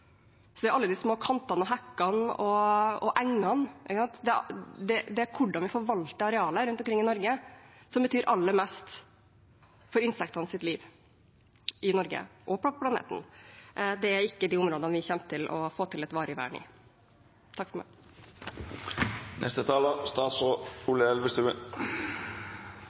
Det er alle de små kantene og hekkene og engene, det er hvordan vi forvalter arealene rundt omkring i Norge, som betyr aller mest for insektenes liv i Norge og på planeten. Det er ikke de områdene vi kommer til å få til et varig vern i.